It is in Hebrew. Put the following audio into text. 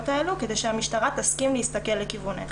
הללו כדי שהמשטרה תסכים להסתכל לכיוונך'.